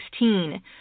2016